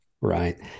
Right